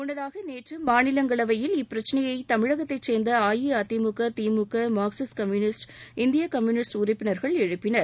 முன்னதாக நேற்று மாநிலங்களவையில் இப்பிரச்னையை தமிழகத்தைச் சேர்ந்த அஇஅதிமுக திமுக மார்க்சிஸ்ட் கம்யூனிஸ்ட் இந்திய கம்யூனிஸ்ட் உறுப்பினர்கள் எழுப்பினர்